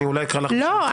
לא.